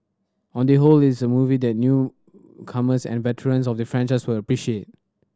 on the whole it's a movie that new comers and veterans of the franchise will appreciate